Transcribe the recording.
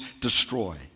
destroy